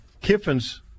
Kiffin's